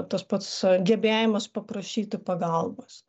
tas pats gebėjimas paprašyti pagalbos